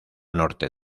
norte